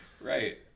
Right